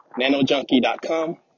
nanojunkie.com